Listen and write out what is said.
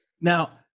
Now